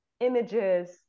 images